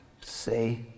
say